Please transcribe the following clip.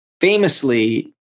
famously